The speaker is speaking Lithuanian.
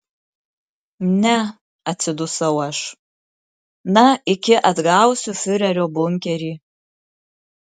ne atsidusau aš na iki atgausiu fiurerio bunkerį